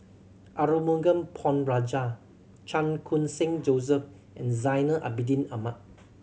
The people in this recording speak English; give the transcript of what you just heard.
Arumugam Ponnu Rajah Chan Khun Sing Joseph and Zainal Abidin Ahmad